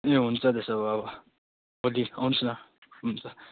ए हुन्छ त्यसो भए अब भोलि आउनुहोस् न हुन्छ